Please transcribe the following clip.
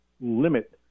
limit